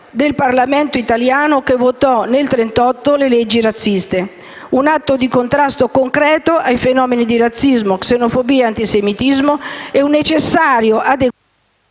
del Parlamento italiano che votò nel 1938 le leggi razziste, un atto di contrasto concreto ai fenomeni di razzismo, xenofobia e antisemitismo e un necessario adeguamento,